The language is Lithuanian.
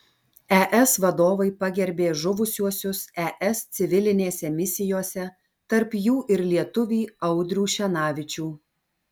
es vadovai pagerbė žuvusiuosius es civilinėse misijose tarp jų ir lietuvį audrių šenavičių